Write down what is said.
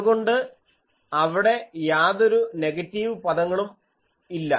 അതുകൊണ്ട് അവിടെ യാതൊരു നെഗറ്റീവ് പദങ്ങളും ഇല്ല